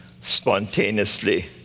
spontaneously